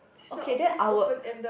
okay then I would